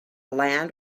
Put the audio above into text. land